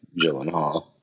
Gyllenhaal